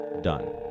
done